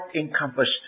encompassed